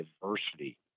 diversity